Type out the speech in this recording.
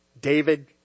David